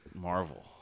Marvel